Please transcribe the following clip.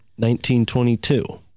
1922